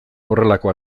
horrelako